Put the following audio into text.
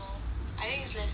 I think it's less than a month